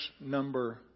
number